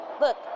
Look